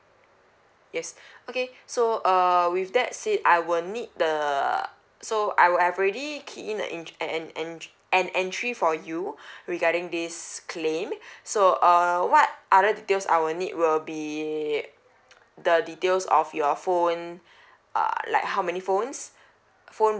yes okay so uh with that said I will need the so I will I've already key in the ent~ an an an entry for you regarding this claim so uh what other details I would need will be the details of your phone uh like how many phones phone